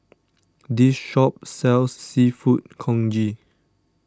this shop sells Seafood Congee